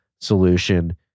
solution